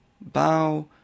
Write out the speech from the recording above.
bow